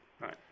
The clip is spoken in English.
Right